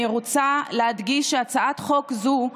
אני רוצה להדגיש שהצעת חוק זו,